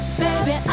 baby